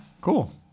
Cool